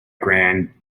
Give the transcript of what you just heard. grand